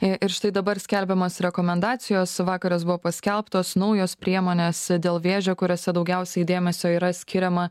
ir štai dabar skelbiamos rekomendacijos vakaras buvo paskelbtos naujos priemonės dėl vėžio kuriose daugiausiai dėmesio yra skiriama